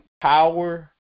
power